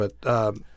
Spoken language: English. but-